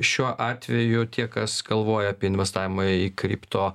šiuo atveju tie kas galvoja apie investavimą į kripto